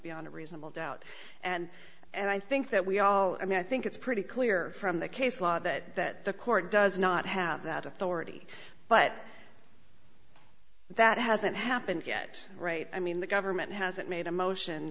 beyond a reasonable doubt and and i think that we all i mean i think it's pretty clear from the case law that that the court does not have that authority but that hasn't happened yet right i mean the government hasn't made a motion